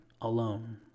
alone